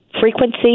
frequency